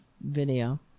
video